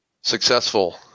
successful